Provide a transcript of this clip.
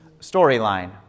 storyline